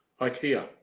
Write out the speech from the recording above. IKEA